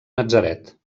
natzaret